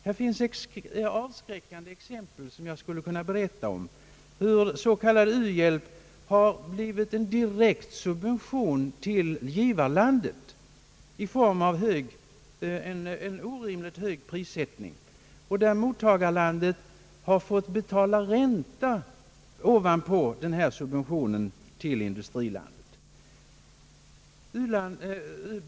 Det finns avskräckande exempel som jag skulle kunna berätta om hur s.k. u-hjälp blivit direkt subvention till givarlandets egen industri genom orimligt hög prissättning och där mottagarlandet sedan fått betala ränta på denna subvention.